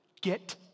Get